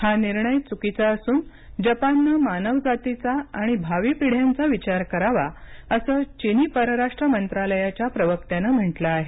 हा निर्णय चुकीचा असून जपानने मानवजातीचा आणि भावी पिढ्यांचा विचार करावा असं चिनी परराष्ट्र मंत्रालयाच्या प्रवक्त्याने म्हटलं आहे